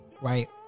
Right